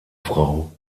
frau